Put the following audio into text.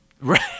right